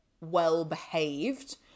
well-behaved